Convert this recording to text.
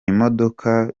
imodoka